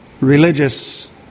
religious